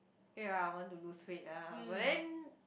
ya I want to lose weight ah but then